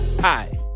Hi